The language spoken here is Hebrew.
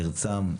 מרצם,